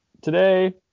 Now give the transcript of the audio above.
Today